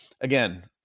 again